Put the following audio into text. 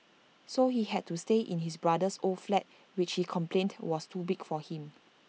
so he had to stay in his brother's old flat which he complained was too big for him